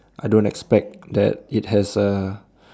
I don't expect that it has a